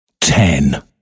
Ten